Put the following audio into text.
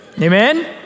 Amen